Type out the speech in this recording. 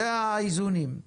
זה האיזונים.